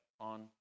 on